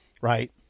right